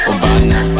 Obana